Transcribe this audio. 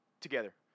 Together